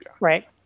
Right